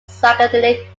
psychedelic